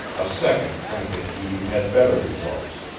a second frantic heave had better results.